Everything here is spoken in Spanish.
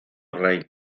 rey